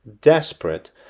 desperate